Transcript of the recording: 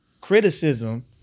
criticism